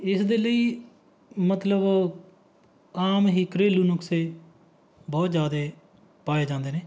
ਇਸ ਦੇ ਲਈ ਮਤਲਬ ਆਮ ਹੀ ਘਰੇਲੂ ਨੁਕਸੇ ਬਹੁਤ ਜ਼ਿਆਦਾ ਪਾਏ ਜਾਂਦੇ ਨੇ